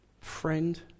friend